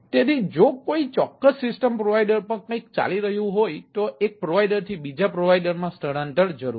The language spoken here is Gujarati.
તેથી જો કોઈ ચોક્કસ સિસ્ટમ પ્રોવાઇડર પર કંઈક ચાલી રહ્યું હોય તો એક પ્રોવાઇડરથી બીજા પ્રોવાઇડરમાં સ્થળાંતર જરૂરી છે